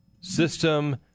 system